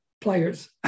players